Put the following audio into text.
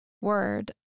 word